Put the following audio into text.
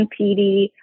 PD